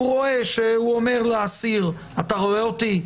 הוא רואה שהוא אומר לאסיר: אתה רואה אותי?